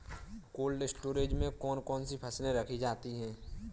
Cold storage में कौन कौन सी फसलें रखी जाती हैं?